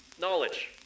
knowledge